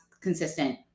consistent